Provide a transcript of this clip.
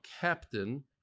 captain